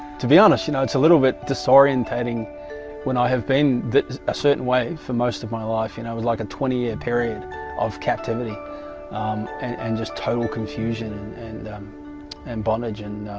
to, be honest you know it's a little bit disorientating when i have been that a. certain, way for most of my life, you know i was like a twenty year period of captivity and and just total confusion and um and bondage and